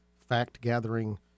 fact-gathering